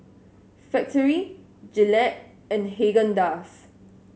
Factorie Gillette and Haagen Dazs